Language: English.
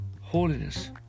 holiness